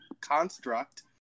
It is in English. construct